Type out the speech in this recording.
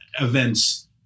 events